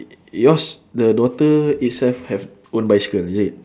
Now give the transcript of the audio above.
yours the daughter itself have own bicycle is it